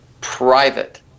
private